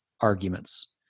arguments